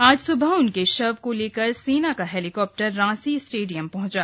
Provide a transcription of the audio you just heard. आज स्बह उनके शव को लेकर सेना का हेलीकॉप्टर रांसी स्टेडियम पहंचा